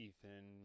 Ethan